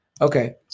Okay